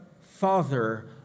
Father